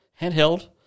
handheld